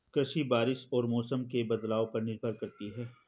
कृषि बारिश और मौसम के बदलाव पर निर्भर करती है